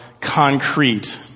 concrete